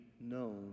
known